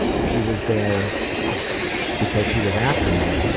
if she was there because she was after me,